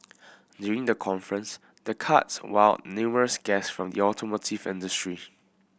during the conference the karts wowed numerous guests from the automotive industry